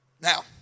Now